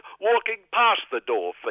walking-past-the-door